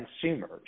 consumers